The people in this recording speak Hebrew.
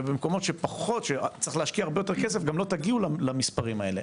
ובמקומות שצריך להשקיע הרבה יותר כסף גם לא תגיעו למספרים האלו,